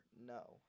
No